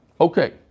Okay